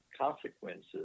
consequences